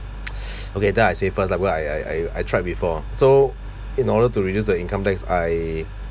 okay then I say first lah where I I I I tried before so in order to reduce the income tax I